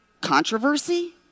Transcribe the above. controversy